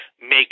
make